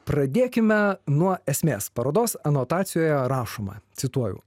pradėkime nuo esmės parodos anotacijoje rašoma cituoju